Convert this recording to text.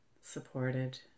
supported